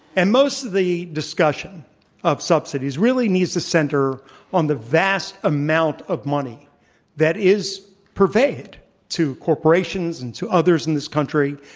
and most of the discussion of subsidies really needs to center on the vast amount of money that is purveyed to corporations and to others in this country,